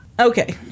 Okay